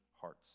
hearts